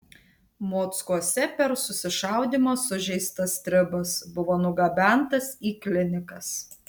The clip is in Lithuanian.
mockuose per susišaudymą sužeistas stribas buvo nugabentas į klinikas